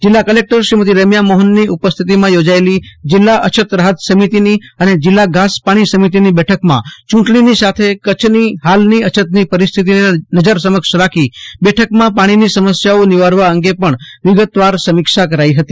જિલ્લા કલેકટર શ્રીમતી રેમ્યા મોહનની ઉપસ્થિતિમાં યોજાયેલી જિલ્લા અછત રાહત સમિતિની અને જિલ્લા ઘાસ પાણી સમિતિની બેઠકમાં ચૂંટણીની સાથે કચ્છની હાલની અછતની પરિસ્થિતિને નજર સમક્ષ રાખી બેઠકમાં પાણીની સમસ્યાઓ નિવારવા અંગે પણ વિગતવાર સમીક્ષા હાથ ધરી હતી